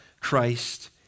Christ